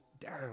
down